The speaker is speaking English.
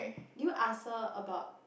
do you ask her about